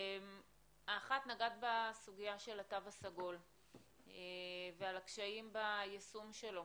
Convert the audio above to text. האחת נגעת בסוגיה של התו הסגול ועל הקשיים ביישום שלו,